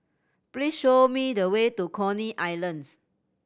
please show me the way to Coney Island